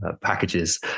packages